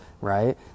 right